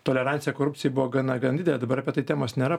tolerancija korupcijai buvo gana gan didelė dabar apie tai temos nėra